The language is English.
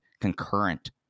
concurrent